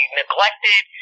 neglected